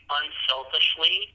unselfishly